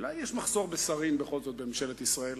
אולי יש מחסור בשרים בכל זאת בממשלת ישראל,